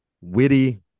witty